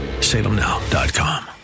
salemnow.com